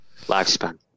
Lifespan